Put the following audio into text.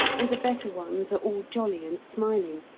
and the better ones are all jolly and smiling,